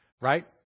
Right